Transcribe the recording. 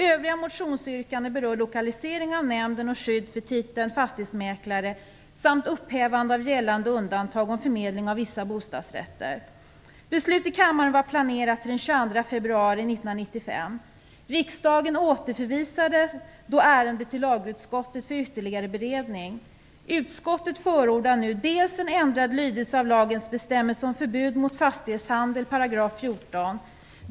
Övriga motionsyrkanden berör lokalisering av nämnden och skydd för titeln fastighetsmäklare samt upphävande av gällande undantag om förmedling av vissa bostadsrätter. 1995. Riksdagen återförvisade då ärendet till lagutskottet för ytterligare beredning. Utskottet förordar nu en ändrad lydelse av lagens bestämmelse om förbud mot fastighetshandel, 14 §.